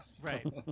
Right